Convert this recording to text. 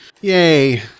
Yay